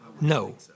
No